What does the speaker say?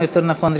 או יותר נכון,